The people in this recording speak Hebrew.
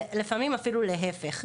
לפעמים זה אפילו להפך.